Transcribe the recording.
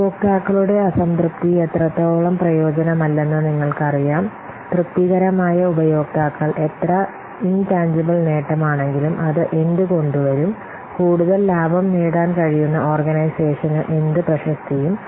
ഉപഭോക്താക്കളുടെ അസംതൃപ്തി എത്രത്തോളം പ്രയോജനമല്ലെന്ന് നിങ്ങൾക്കറിയാം തൃപ്തികരമായ ഉപയോക്താക്കൾ എത്ര ഇൻടാൻജിബിൽ നേട്ടമാണെങ്കിലും അത് എന്ത് കൊണ്ടുവരും കൂടുതൽ ലാഭം നേടാൻ കഴിയുന്ന ഓർഗനൈസേഷന് എന്ത് പ്രശസ്തിയും